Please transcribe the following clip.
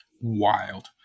wild